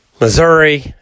Missouri